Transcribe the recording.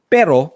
Pero